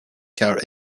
car